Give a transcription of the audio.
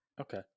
Okay